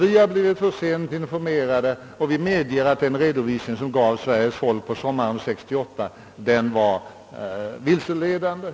Vi medger att vi för sent har informerat därom, och vi medger att den redovisning som gavs Sveriges folk sommaren 1968 var vilseledande.